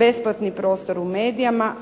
besplatni prostor